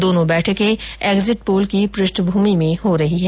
दोनों बैठकें exit poll की पृष्ठभूमि में हो रही हैं